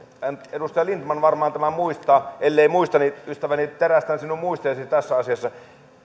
edustaja lindtman varmaan tämän muistaa ellei muista niin ystäväni terästän sinun muistiasi tässä asiassa